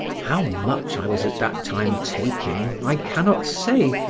how much i was at that time taking i cannot say,